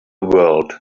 world